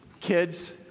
Kids